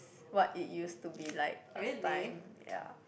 s~ what it used to be like last time ya